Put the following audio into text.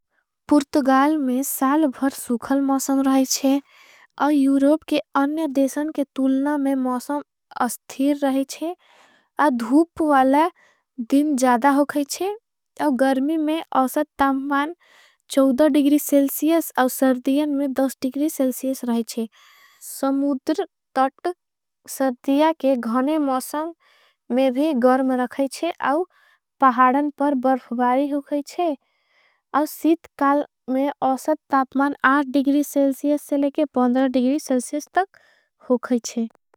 पुर्तुगाल में साल भर सुखल मौसम रहा है और यूरोप के। अन्य देशन के तुलना में मौसम अस्थीर रहा है धूप वाला। दिन ज़्यादा होगा है और गर्मी में असथ तामपान डिग्री। सेल्सियस और सर्दियन में डिग्री सेल्सियस रहा है समुद्र। तट सर्दिया के गहने मौसम में भी गर्म रखा है और। पहाडन पर बर्फबारी होगा है और सीत काल में असथ। तामपान डिग्री सेल्सियस से लेके डिग्री सेल्सियस तक होगा है।